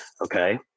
Okay